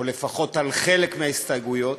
או לפחות על חלק מההסתייגויות,